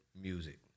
Music